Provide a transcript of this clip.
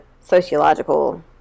sociological